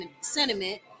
sentiment